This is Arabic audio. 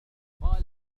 قال